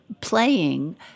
playing